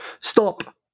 Stop